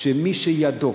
שמי שידו